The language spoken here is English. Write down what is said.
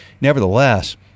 nevertheless